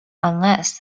unless